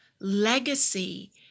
legacy